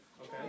Okay